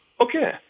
Okay